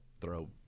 throw